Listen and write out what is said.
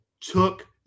took